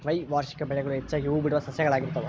ದ್ವೈವಾರ್ಷಿಕ ಬೆಳೆಗಳು ಹೆಚ್ಚಾಗಿ ಹೂಬಿಡುವ ಸಸ್ಯಗಳಾಗಿರ್ತಾವ